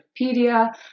Wikipedia